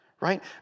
right